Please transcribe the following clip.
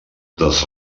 dels